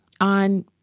on